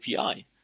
API